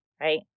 right